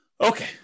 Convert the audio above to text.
Okay